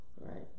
right